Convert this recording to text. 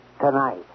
Tonight